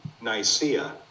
Nicaea